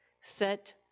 set